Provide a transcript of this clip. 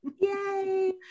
Yay